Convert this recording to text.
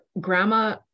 grandma